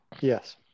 Yes